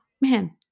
man